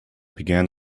began